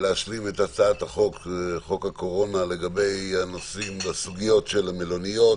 ונשלים את הצעת חוק הקורונה בסוגיות של המלוניות